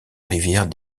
rivière